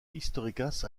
históricas